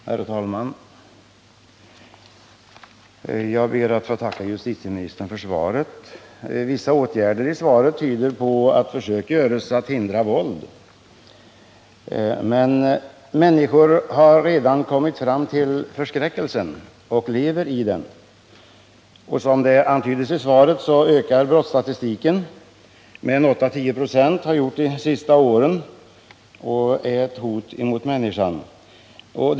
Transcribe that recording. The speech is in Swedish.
Herr talman! Jag ber att få tacka justitieministern för svaret. Vissa åtgärder som omnämns i svaret tyder på att försök görs att hindra våld, men människor har redan kommit fram till förskräckelsen och lever i den. Och som antyds i svaret ökar brotten med 8-10 96 — så har det varit de senaste åren. Detta är ett hot mot människans säkerhet.